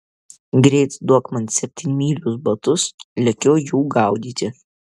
greit duok man septynmylius batus lekiu jų gaudyti